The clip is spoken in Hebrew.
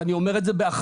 ואני אומר את זה באחריות,